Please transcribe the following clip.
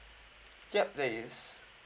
ya there is